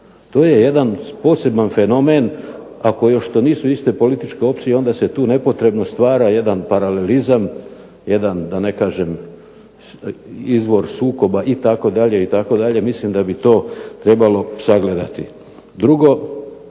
To je jedan poseban fenomen. Ako još to nisu iste političke opcije onda se tu nepotrebno stvara jedan paralelizam, jedan da ne kažem izvor sukoba itd., itd. Mislim da bi to trebalo sagledati. Drugo,